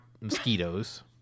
mosquitoes